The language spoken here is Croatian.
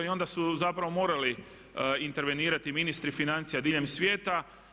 I onda su zapravo morali intervenirati ministri financija diljem svijeta.